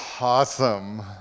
awesome